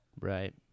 right